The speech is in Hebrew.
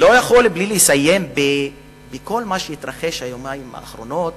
אני לא יכול לסיים בלי כל מה שהתרחש ביומיים האחרונים,